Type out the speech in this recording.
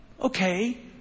Okay